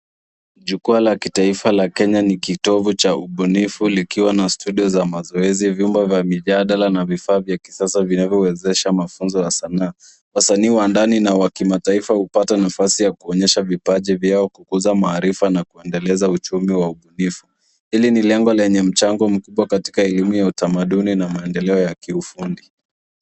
Jukwaa la kitaifa la kenya ni kitovu cha ubunifu likiwa na studio za mazoezi, vyumba vya mijadala na vifaa vya kisasa vinavyowezesha mafunzo ya sanaa. Wasanii wa ndani na kimataifa hupata nafasi ya kuonyesha vipaji vyao kukuza maarifa na kuendeleza uchumi wa ubunifu. Hili ni lengo lenye mchango mkubwa katika elimu ya utamaduni na maendeleo ya kiufundi.